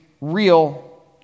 real